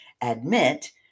admit